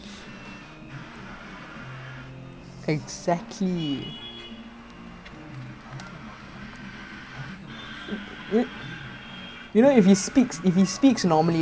no like இவ்ளோ:ivlo try பண்ணி என்ன:panni enna use like how to say like he just like you know இந்தமாரி பண்ண போது:inthamaari panna pothu like it makes you so like fake right that you lose your true identity then it's not even like you know not you anymore